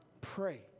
pray